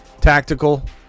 Tactical